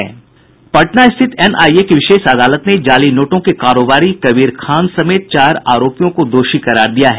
वहीं पटना स्थित एनआईए की विशेष अदालत ने जाली नोटों के कारोबारी कबीर खान समेत चार आरोपियों को दोषी करार दिया है